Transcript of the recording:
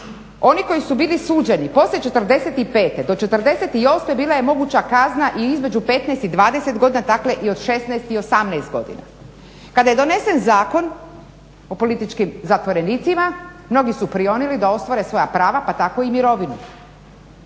Oni koji su bili suđeni poslije '45. do '48. bila je moguća kazna između 15 i 20 godina, dakle i od 16 i 18 godina. Kada je donesen Zakon o političkim zatvorenicima mnogi su prionuli da ostvare svoja prava pa tako i mirovinu